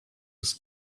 was